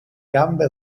gambe